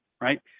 right